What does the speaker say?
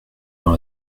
dans